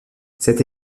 cette